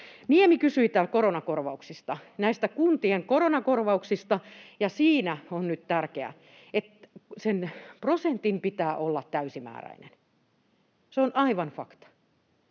näistä kuntien koronakorvauksista, ja siinä on nyt tärkeää, että sen prosentin pitää olla täysimääräinen, se on aivan fakta.